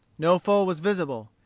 no foe was visible.